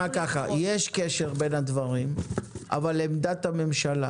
יש קשר בין הדברים אבל עמדת הממשלה